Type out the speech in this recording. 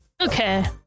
Okay